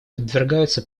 подвергаются